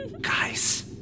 Guys